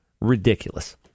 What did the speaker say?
Ridiculous